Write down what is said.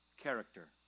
character